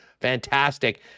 fantastic